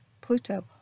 Pluto